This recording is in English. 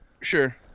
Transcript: Sure